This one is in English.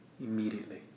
Immediately